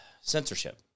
censorship